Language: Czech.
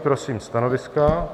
Prosím stanovisko.